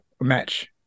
match